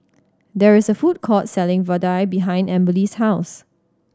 there is a food court selling vadai behind Amberly's house